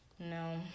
No